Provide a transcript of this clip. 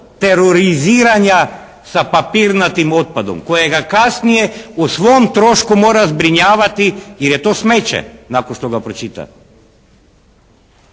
teroriziranja sa papirnatim otpadom kojega kasnije o svom trošku mora zbrinjavati jer je to smeće nakon što ga pročita?